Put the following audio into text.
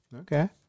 Okay